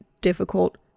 difficult